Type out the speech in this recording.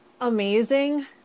Amazing